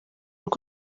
uko